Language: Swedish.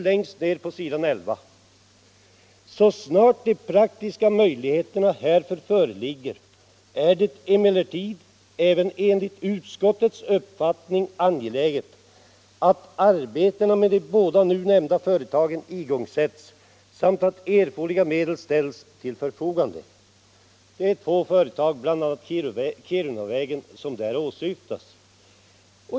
Längst ner på s. 11 står: ”Så snart de praktiska möjligheterna härför föreligger är det emellertid även enligt utskottets uppfattning angeläget att arbetena med de båda nu nämnda företagen igångsätts samt att erforderliga medel ställs till förfogande.” Det är bl.a. Kirunavägen som där åsyftas.